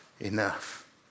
enough